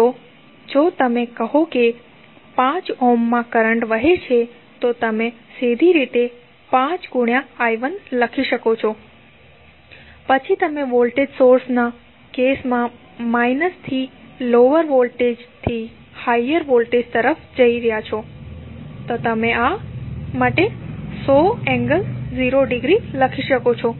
તો જો તમે કહો કે 5 ઓહ્મમાં કરંટ વહે છે તો તમે સીધી રીતે 5 I1 લખી શકો પછી તમે વોલ્ટેજ સોર્સના કેસ માં માઈનસ થી લોઅર વોલ્ટેજ થી હાયર વોલ્ટેજ તરફ જઈ રહ્યા છો તમે આ માટે 100∠0◦ લખી શકો છો